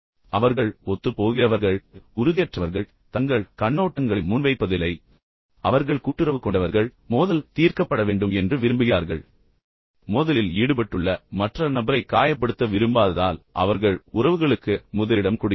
அவர்கள் ஒத்துப்போகிறவர்கள் அவர்கள் உறுதியற்றவர்கள் அவர்கள் தங்கள் கண்ணோட்டங்களை முன்வைப்பதில்லை அவர்கள் கூட்டுறவு கொண்டவர்கள் மோதல் முதலில் தீர்க்கப்பட வேண்டும் என்று அவர்கள் விரும்புகிறார்கள் மோதலில் ஈடுபட்டுள்ள மற்ற நபரை காயப்படுத்த விரும்பாததால் அவர்கள் உறவுகளுக்கு முதலிடம் கொடுக்கிறார்கள்